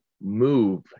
move